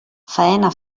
faena